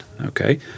Okay